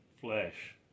flesh